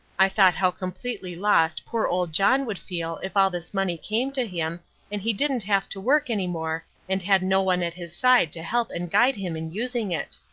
i thought how completely lost poor old john would feel if all this money came to him and he didn't have to work any more and had no one at his side to help and guide him in using it.